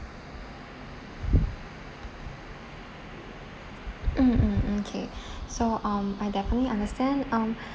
mm mm mm okay so um I definitely understand um